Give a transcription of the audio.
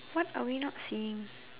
what are we not seeing